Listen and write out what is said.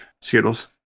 Skittles